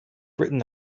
written